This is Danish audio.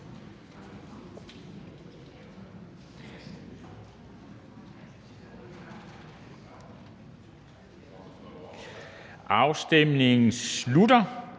Afstemningen slutter.